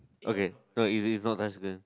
okay no it's it's not nice even